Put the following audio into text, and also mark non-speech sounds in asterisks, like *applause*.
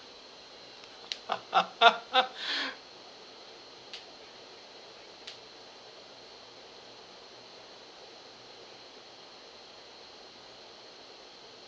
*laughs* *breath*